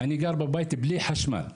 אני גר בבית בלי חשמל,